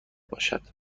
باشد